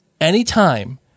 anytime